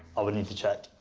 i would need to check.